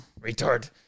Retard